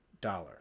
dollar